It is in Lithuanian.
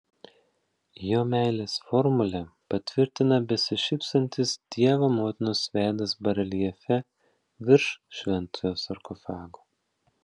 jo meilės formulę patvirtina besišypsantis dievo motinos veidas bareljefe virš šventojo sarkofago